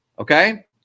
Okay